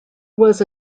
was